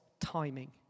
timing